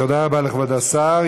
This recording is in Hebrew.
תודה רבה לכבוד השר.